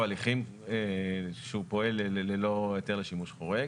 הליכים שהוא פועל ללא היתר לשימוש חורג,